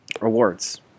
Rewards